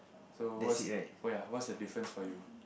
so what's oh ya what's the difference for you